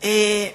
אני